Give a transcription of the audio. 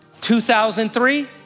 2003